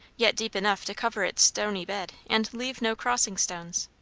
yet deep enough to cover its stony bed and leave no crossing stones.